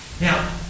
Now